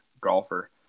Golfer